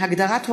(תיקון,